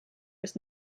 was